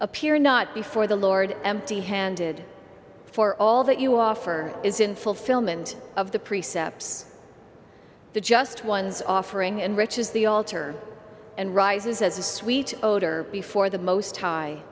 appear not before the lord empty handed for all that you offer is in fulfillment of the precepts the just ones offering and riches the altar and rises as a sweet odor before the most high